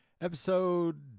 episode